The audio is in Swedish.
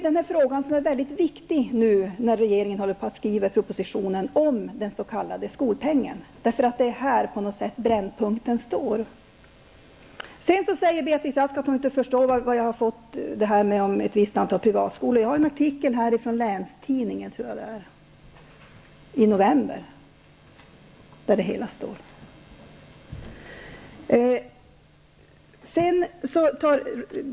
Den saken är viktig när nu regeringen håller på att skriva propositionen om den s.k. skolpengen. Det är på något sätt det som är brännpunkten. Sedan sade Beatrice Ask att hon inte förstod varifrån jag har fått uppgiften om ett visst antal privatskolor. Jag har här en artikel från Länstidningen i november, där det står.